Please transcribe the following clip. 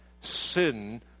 Sin